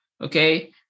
Okay